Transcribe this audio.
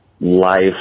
life